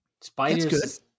Spiders